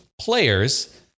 players